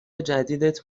جدیدت